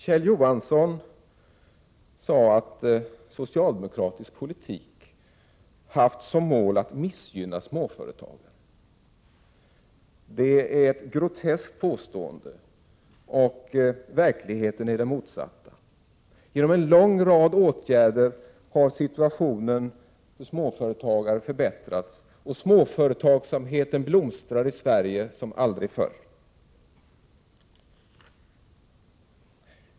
Kjell Johansson sade att socialdemokratisk politik haft som mål att missgynna småföretagen. Det är ett groteskt påstående. Verkligheten är den motsatta. Genom en lång rad åtgärder har situationen för småföretagare förbättrats och småföretagsamheten blomstrar i Sverige som aldrig förr.